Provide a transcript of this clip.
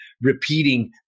repeating